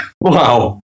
Wow